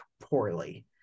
poorly